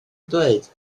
dweud